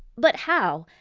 but how?